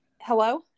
hello